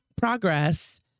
progress